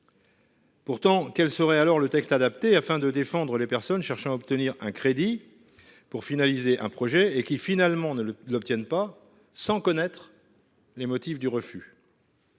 Pourtant, quel serait alors le texte adapté afin de défendre les personnes cherchant à obtenir un crédit pour finaliser un projet et qui finalement ne l'obtiennent pas sans connaître. Les motifs du refus.